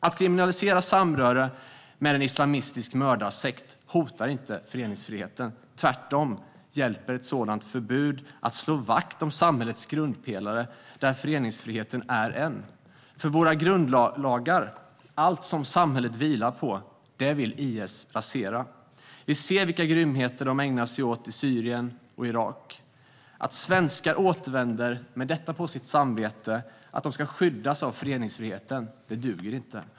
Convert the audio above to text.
Att kriminalisera samröre med en islamistisk mördarsekt hotar inte föreningsfriheten. Tvärtom hjälper ett sådant förbud till att slå vakt om samhällets grundpelare, där föreningsfriheten är en. För våra grundlagar, allt som vårt samhälle vilar på, vill IS rasera. Vi ser vilka grymheter de ägnar sig åt i Syrien och Irak. Att svenskar som återvänder med detta på sitt samvete ska skyddas av föreningsfrihet duger inte.